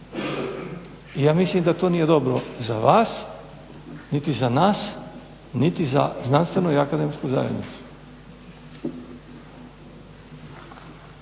Ja mislim da to nije dobro za vas niti za nas niti za znanstvenu i akademsku zajednicu.